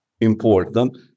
important